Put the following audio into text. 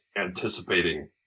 anticipating